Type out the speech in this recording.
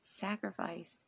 sacrificed